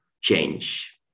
change